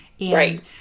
right